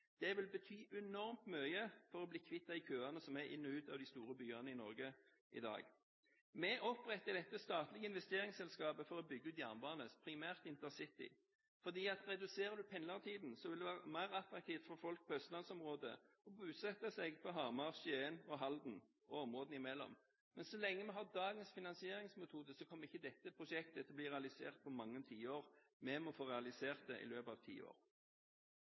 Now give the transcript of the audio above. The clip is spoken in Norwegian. Det vil bety enormt mye for å bli kvitt de køene som er inn og ut av de store byene i Norge i dag. Vi oppretter et statlig investeringsselskap for å bygge ut jernbane, primært intercity. Reduserer du pendlertiden, vil det være mer attraktivt for folk i østlandsområdet å bosette seg i Hamar, Skien og Halden og områdene imellom. Men så lenge vi har dagens finansieringsmetode, kommer ikke dette prosjektet til å bli realisert på mange tiår. Vi må få realisert det i løpet av ti år.